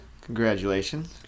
Congratulations